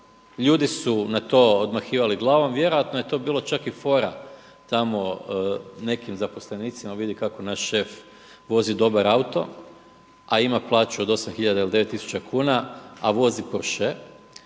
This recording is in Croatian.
Ljudi su na to odmahivali glavom. Vjerojatno je to bilo čak i fora tamo nekim zaposlenicima, vidi kako naš šef vozi dobar auto, a ima plaću od 8 hiljada ili 9 tisuća kuna, a vozi Porshe,